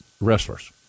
wrestlers